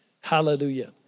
Hallelujah